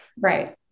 Right